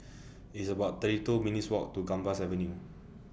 It's about thirty two minutes' Walk to Gambas Avenue